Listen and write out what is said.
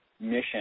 Mission